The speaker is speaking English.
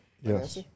Yes